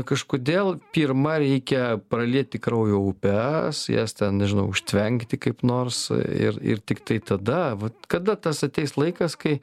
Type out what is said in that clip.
kažkodėl pirma reikia pralieti kraujo upes jas ten nežinau užtvenkti kaip nors ir ir tiktai tada vat kada tas ateis laikas kai